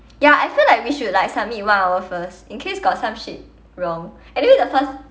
ya I feel like we should like submit one hour first in case got some shit wrong anyway the first